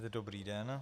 Dobrý den.